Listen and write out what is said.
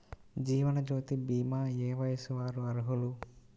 జీవనజ్యోతి భీమా ఏ వయస్సు వారు అర్హులు?